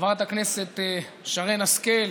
חברת הכנסת שרן השכל,